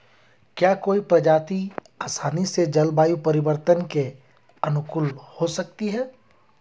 क्या कोई प्रजाति आसानी से जलवायु परिवर्तन के अनुकूल हो सकती है?